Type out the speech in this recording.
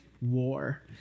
war